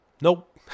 Nope